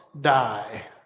die